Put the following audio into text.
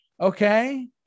okay